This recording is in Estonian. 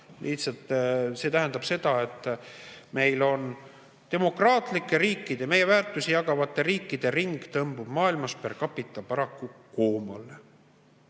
Lihtsalt see tähendab seda, et demokraatlike riikide, meie väärtusi jagavate riikide ring tõmbub maailmasper capitaparaku koomale.